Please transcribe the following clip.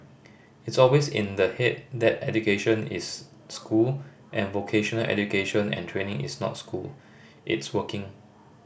it's always in the head that education is school and vocational education and training is not school it's working